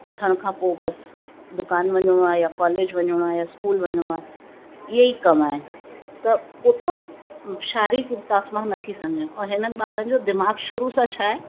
उथण खां पोइ बसि दुकान वञिणो आहे या कॉलेज वञिणो आहे या स्कूल वञिणो आहे इहे ई कमु आहिनि त ओतिरो शारिरीक विकास मां नथी सम्झा और हिननि ॿारनि जो दिमाग़ु शुरू सां छा आहे